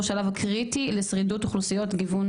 השלב הקריטי לשרידות אוכלוסיות גיוון,